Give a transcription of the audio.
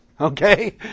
Okay